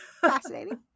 fascinating